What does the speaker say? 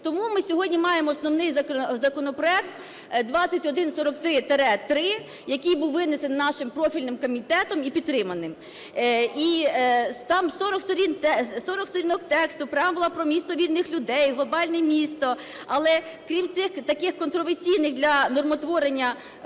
Тому ми сьогодні маємо основний законопроект, 2143-3, який був винесений нашим профільним комітетом і підтриманий. І там 40 сторінок тексту, преамбула про місто вільних людей, глобальне місто, але, крім цих, таких контраверсійних для нормотворення положень,